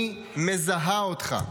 אני מזהה אותך.